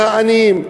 העניים,